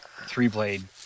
three-blade